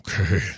Okay